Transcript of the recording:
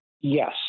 Yes